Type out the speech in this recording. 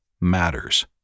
matters